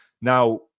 Now